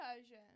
version